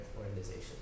organizations